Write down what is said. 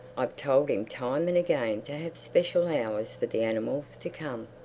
i've told him time and again to have special hours for the animals to come.